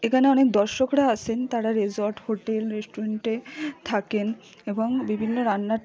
এখানে অনেক দর্শকরা আসেন তারা রিসর্ট হোটেল রেস্টুরেন্টে থাকেন এবং বিভিন্ন রান্নার